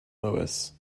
louis